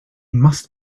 must